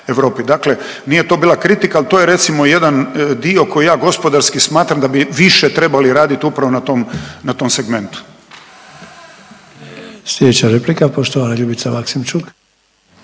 Dakle, nije to bila kritika ali to je recimo jedan dio koji ja gospodarski smatram da više trebali raditi upravo na tom, na tom segmentu.